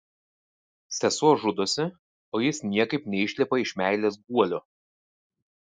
sesuo žudosi o jis niekaip neišlipa iš meilės guolio